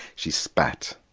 she spat.